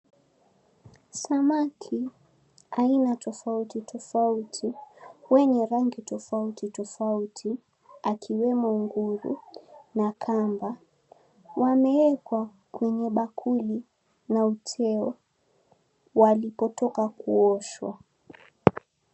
Samaki aina tofauti tofauti wenye rangi tofauti tofauti akiwemo nguru na kamba wameekwa kwenye bakuli na uteo walikotoka kuoshwa.